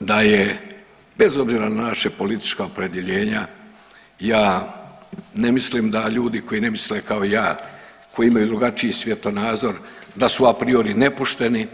Gospodo draga mislim da je bez obzira na naša politička opredjeljenja ja ne mislim da ljudi koji ne misle kao i ja, koji imaju drugačiji svjetonazor da su a priori nepošteni,